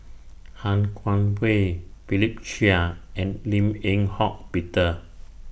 Han Guangwei Philip Chia and Lim Eng Hock Peter